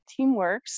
TeamWorks